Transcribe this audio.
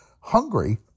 Hungry